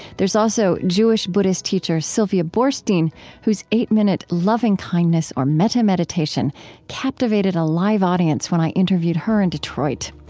there's also jewish-buddhist teacher sylvia boorstein whose eight-minute lovingkindness or metta meditation captivated a live audience when i interviewed her in detroit.